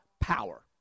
power